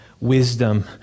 wisdom